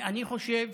אני חושב